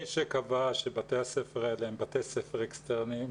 מי שקבע שבתי הספר האלה הם בתי ספר אקסטרניים